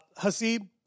Hasib